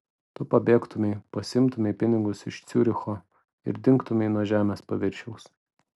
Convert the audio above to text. tu pabėgtumei pasiimtumei pinigus iš ciuricho ir dingtumei nuo žemės paviršiaus